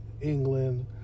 England